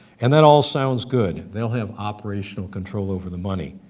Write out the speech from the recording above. and that all sounds good. they'll have operational control over the money.